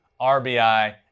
RBI